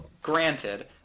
Granted